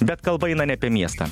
bet kalba eina ne apie miestą